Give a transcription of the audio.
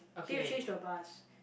then you change to a bus